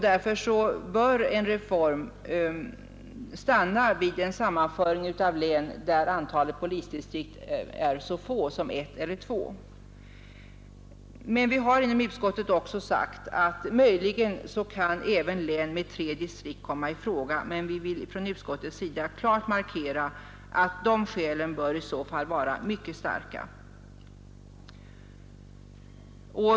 Därför bör en reform stanna vid en sammanföring av län, där antalet polisdistrikt är så litet som ett eller två. Vi har inom utskottet också sagt att möjligen även län med tre distrikt kan komma i fråga, men vi vill klart markera att skälen i så fall bör vara mycket starka.